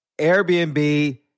Airbnb